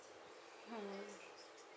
hmm